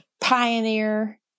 pioneer